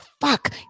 fuck